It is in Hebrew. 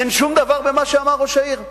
אין שום דבר במה שאמר ראש העיר?